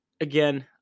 Again